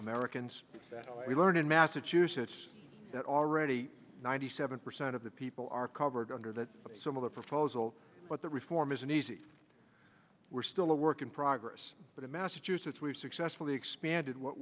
americans that we learned in massachusetts that already ninety seven percent of the people are covered under the similar proposal but the reform isn't easy we're still a work in progress but in massachusetts we've successfully expanded what